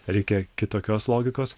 reikia kitokios logikos